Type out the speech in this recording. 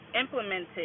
implemented